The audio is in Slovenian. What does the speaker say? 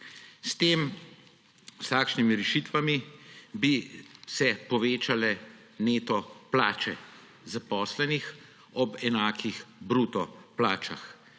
S takšnimi rešitvami bi se povečale neto plače zaposlenih ob enakih bruto plačah.